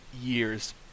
years